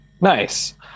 Nice